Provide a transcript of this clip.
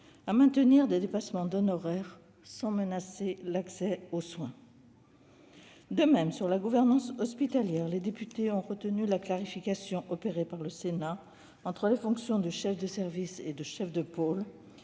à maintenir des dépassements d'honoraires sans menacer l'accès aux soins. De même, sur la gouvernance hospitalière, les députés ont retenu la clarification opérée par le Sénat entre la fonction de chef de service et celle de chef de pôle,